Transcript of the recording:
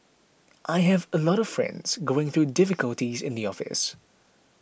I have a lot of friends going through difficulties in the office